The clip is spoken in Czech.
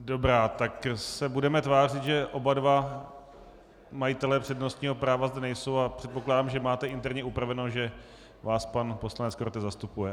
Dobrá, tak se budeme tvářit, že oba dva majitelé přednostního práva zde nejsou, a předpokládám, že máte interně upraveno, že vás pan poslanec Korte zastupuje.